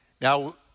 Now